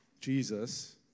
Jesus